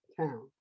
town